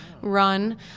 run